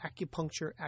Acupuncture